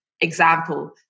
example